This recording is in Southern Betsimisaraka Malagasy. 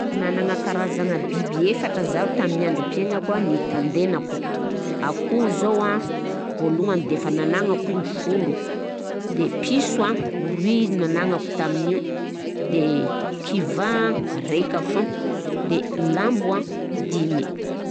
Nanagna biby karazany efatra zaho tamin'ny androm-piainako nitandenako, akoho zao an vôlohany defa nanagnako igny folo de piso an, roy nanagnako tamnio, de kivà raika foagna, de lambo a dimy.